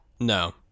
No